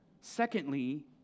Secondly